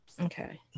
Okay